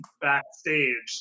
backstage